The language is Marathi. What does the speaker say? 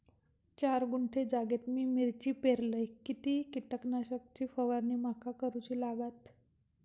चार गुंठे जागेत मी मिरची पेरलय किती कीटक नाशक ची फवारणी माका करूची लागात?